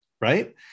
Right